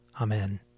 Amen